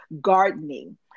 gardening